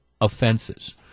offenses